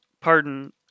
Pardon